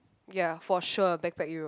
ya for sure backpack Europe